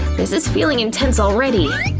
this is feeling intense already.